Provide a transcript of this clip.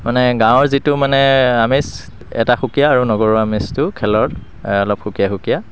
মানে গাঁৱৰ যিটো মানে আমেজ এটা সুকীয়া আৰু নগৰৰ আমেজটো খেলৰ অলপ সুকীয়া সুকীয়া